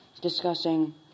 discussing